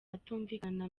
atumvikana